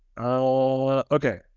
Okay